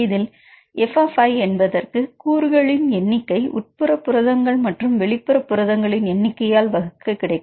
இதில் f என்பதற்கு கூறுகளின் எண்ணிக்கை உட்புற புரதங்கள் மற்றும் வெளிப்புற புரதங்களின் எண்ணிக்கையால் வகுக்க கிடைக்கும்